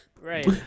Right